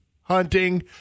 hunting